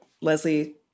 Leslie